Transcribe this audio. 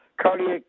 cardiac